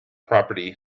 property